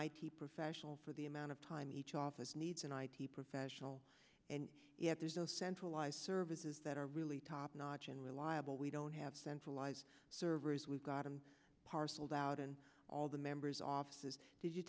t professional for the amount of time each office needs an id professional and yet there's no centralized services that are really top notch and reliable we don't have centralized servers we've gotten parceled out in all the members offices did you